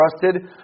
trusted